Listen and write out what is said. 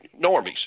normies